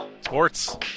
Sports